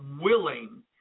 willing